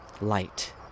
light